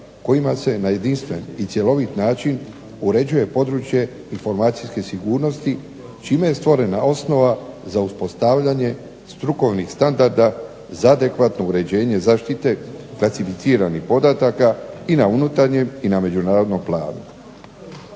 kojima se na jedinstven i cjelovit način uređuje područje informacijske sigurnosti čime je stvorena osnova za uspostavljanje strukovnih standarda za adekvatno uređenje zaštite klasificiranih podataka i na unutarnjem i na međunarodnom planu.